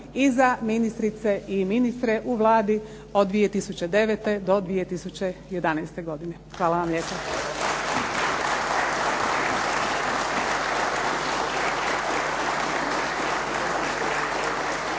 i za ministrice i ministre u Vladi od 2009. do 2011. godine. Hvala vam lijepa.